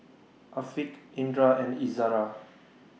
Afiq Indra and Izara